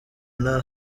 nta